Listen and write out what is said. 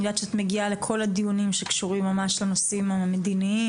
אני יודעת שאת מגיעה לכל הדיונים שקשורים לנושאים המדיניים,